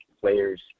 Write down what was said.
players